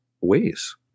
ways